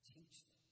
Teach